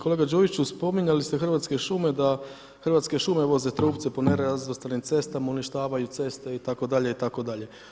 Kolega Đujiću, spominjali ste Hrvatske šume da Hrvatske šume uvoze trupce po nerazvrstanim cestama, uništavaju ceste itd. itd.